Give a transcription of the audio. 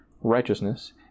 righteousness